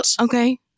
Okay